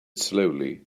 slowly